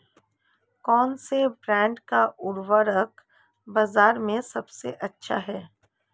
कौनसे ब्रांड का उर्वरक बाज़ार में सबसे अच्छा हैं?